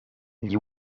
gli